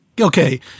Okay